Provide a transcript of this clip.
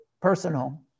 personal